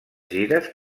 gires